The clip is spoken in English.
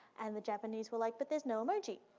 and the japanese were like, but there's no emoji.